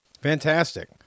Fantastic